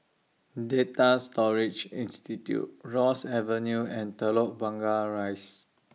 Data Storage Institute Ross Avenue and Telok Blangah Rise